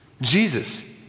Jesus